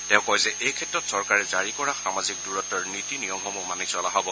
তেওঁ কয় যে এইক্ষেত্ৰত চৰকাৰে জাৰি কৰা সামাজিক দূৰত্বৰ নীতি নিয়মসমূহ মানি চলা হব